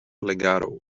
legato